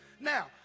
Now